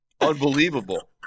Unbelievable